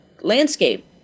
landscape